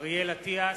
אריאל אטיאס,